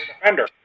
defender